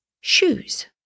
shoes